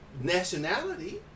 nationality